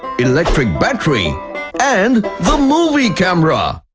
electric battery and the movie camera.